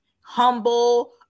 Humble